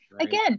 Again